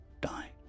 die